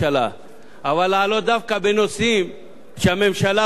אבל לעלות דווקא בנושאים שהממשלה הוכיחה את עצמה,